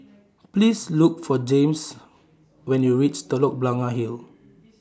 Please Look For Jaymes when YOU REACH Telok Blangah Hill